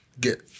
get